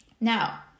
Now